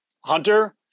Hunter